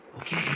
Okay